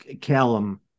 Callum